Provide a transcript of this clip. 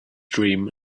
dream